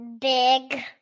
Big